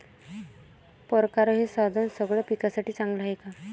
परकारं हे साधन सगळ्या पिकासाठी चांगलं हाये का?